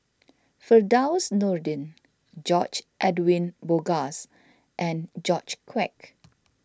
Firdaus Nordin George Edwin Bogaars and George Quek